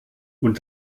und